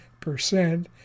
percent